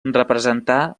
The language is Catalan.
representà